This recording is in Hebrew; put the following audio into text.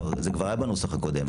זה כבר היה בנוסח הקודם.